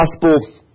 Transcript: Gospel